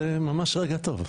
זה ממש רגע טוב.